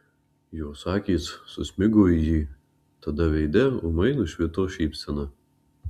jos akys susmigo į jį tada veide ūmai nušvito šypsena